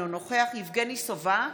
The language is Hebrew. אינו נוכח יבגני סובה,